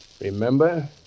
Remember